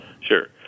Sure